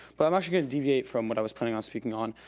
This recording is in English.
but i'm actually gonna deviate from what i was planning on speaking on,